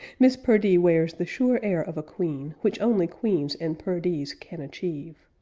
miss perdee wears the sure air of a queen, which only queens and perdees can achieve.